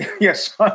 Yes